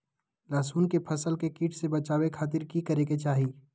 लहसुन के फसल के कीट से बचावे खातिर की करे के चाही?